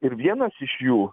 ir vienas iš jų